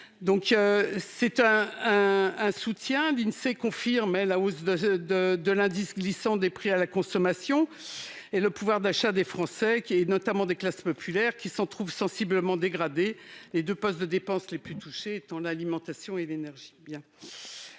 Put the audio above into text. dernières années. L'Insee confirme la hausse de l'indice glissant des prix à la consommation ; le pouvoir d'achat des Français, notamment ceux des classes populaires, s'en trouve sensiblement dégradé, les deux postes de dépense les plus touchés étant l'alimentation et l'énergie.